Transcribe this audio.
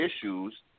issues